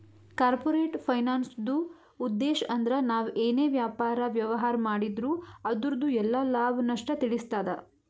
corporate ಫೈನಾನ್ಸ್ದುಉದ್ಧೇಶ್ ಅಂದ್ರ ನಾವ್ ಏನೇ ವ್ಯಾಪಾರ, ವ್ಯವಹಾರ್ ಮಾಡಿದ್ರು ಅದುರ್ದು ಎಲ್ಲಾ ಲಾಭ, ನಷ್ಟ ತಿಳಸ್ತಾದ